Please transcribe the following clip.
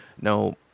now